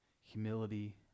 humility